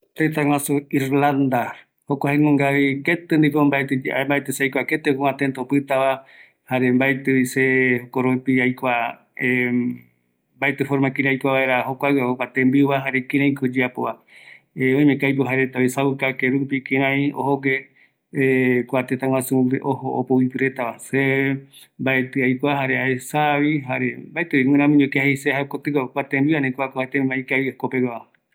Tëtaguaju irlanda, jaenungavi kua tëtä mbaetɨ aikua kïraïko kua tëtäva, jukuraï jaevaera kïraïko jaereta itenbiuva, mbaetɨ aesa, aikua, jaevaera aikuambaerupi, ëreï oïmeko aipo jaereta jembiu oesauka, ïru tëtä peguaretape ikavigue